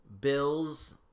Bills